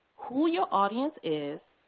who your audience is,